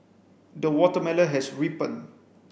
the watermelon has ripened